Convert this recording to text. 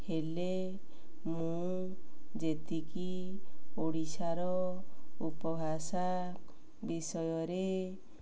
ହେଲେ ମୁଁ ଯେତିକି ଓଡ଼ିଶାର ଉପଭାଷା ବିଷୟରେ